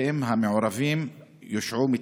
4. האם המעורבים יושעו מתפקידם?